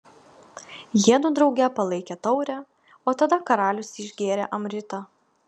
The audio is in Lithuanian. jiedu drauge palaikė taurę o tada karalius išgėrė amritą